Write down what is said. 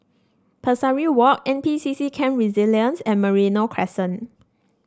Pesari Walk N P C C Camp Resilience and Merino Crescent